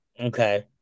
Okay